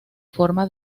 forma